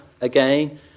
Again